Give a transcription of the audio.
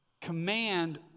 command